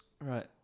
Right